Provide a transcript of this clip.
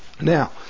Now